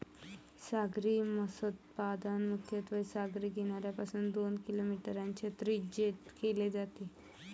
सागरी मत्स्यपालन मुख्यतः समुद्र किनाऱ्यापासून दोन किलोमीटरच्या त्रिज्येत केले जाते